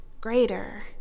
greater